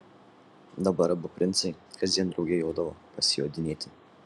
dabar abu princai kasdien drauge jodavo pasijodinėti